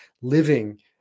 living